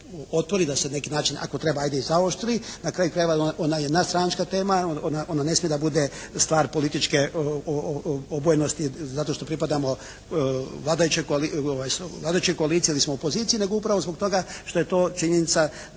da se neki način ako treba ajde i zaoštri, na kraju krajeva ona je nadstranačka tema, ona ne smije da bude stvar političke obojenosti zato što pripadamo vladajućoj koaliciji …/Govornik se ne razumije./…, nego upravo zbog toga što je to činjenica